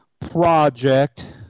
project